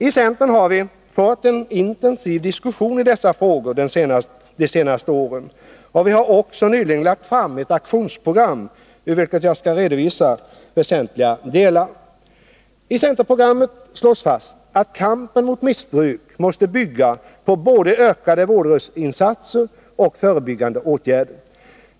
I centern har vi fört en intensiv diskussion i dessa frågor under de senaste åren, och vi har också nyligen lagt fram ett aktionsprogram, ur vilket jag skall redovisa väsentliga delar. I centerprogrammet slås fast att kampen mot missbruk måste bygga på både ökade vårdinsatser och förebyggande åtgärder.